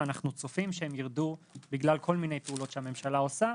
ואנחנו צופים שהם ירדו בגלל כל מיני פעולות שהממשלה עושה,